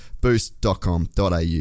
boost.com.au